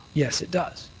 yes, it does.